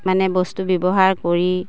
মানে বস্তু ব্যৱহাৰ কৰি